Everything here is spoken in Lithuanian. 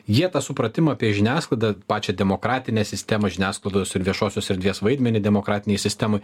jie tą supratimą apie žiniasklaidą pačią demokratinę sistemą žiniasklaidos ir viešosios erdvės vaidmenį demokratinėj sistemoj